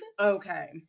okay